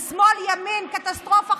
משמאל, ימין, קטסטרופה.